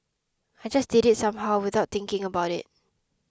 I just did it somehow without thinking about it